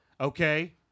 Okay